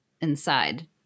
inside